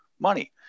money